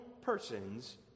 persons